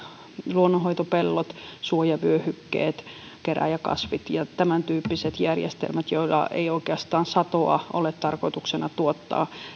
luonnonhoitopellot suojavyöhykkeet kerääjäkasvit ja tämän tyyppiset järjestelmät joilla ei oikeastaan satoa ole tarkoituksena tuottaa